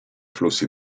flussi